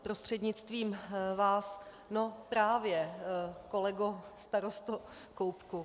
Prostřednictvím vás no právě, kolego starosto Koubku.